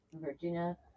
Virginia